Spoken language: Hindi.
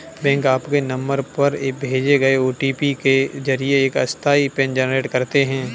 बैंक आपके नंबर पर भेजे गए ओ.टी.पी के जरिए एक अस्थायी पिन जनरेट करते हैं